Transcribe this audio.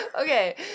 Okay